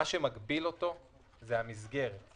מה שמגביל אותו זו המסגרת.